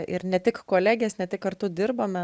ir ne tik kolegės ne ti kartu dirbame